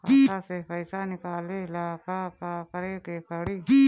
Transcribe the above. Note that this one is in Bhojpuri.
खाता से पैसा निकाले ला का का करे के पड़ी?